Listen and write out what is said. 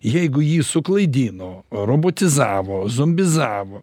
jeigu jį suklaidino robotizavo zombizavo